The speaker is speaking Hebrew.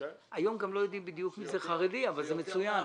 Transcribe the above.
היום גם לא יודעים בדיוק מי זה חרדי אבל זה מצוין.